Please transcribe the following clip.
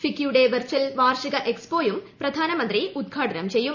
ഫിക്കിയുടെ virtual വാർഷിക എക്സ്പോയും പ്രധാനമന്ത്രി ഉദ്ഘാടനം ചെയ്യും